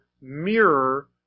mirror